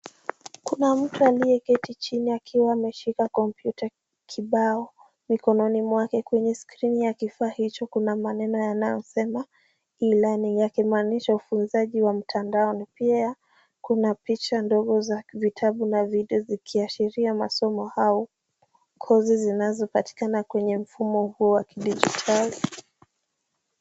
Kuna mtu aliyeketi chini akiwa ameshika kompyuta kibao mikononi mwake. Kwenye skirini ya kifaa hicho kuna maneno yanayosema e-learning , yakimaanisha ufunzaji wa kimtandaoni. Pia kuna picha ndogo za vitabu na video, vikiashiria masomo hao, kozi zinazopatikana kwenye mfumo huu wa kidijitali.